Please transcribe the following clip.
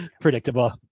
Predictable